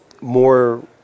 more